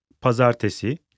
pazartesi